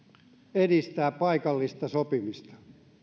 edistää paikallista sopimista